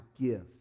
give